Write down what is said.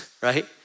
right